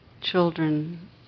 Children